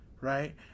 right